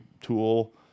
tool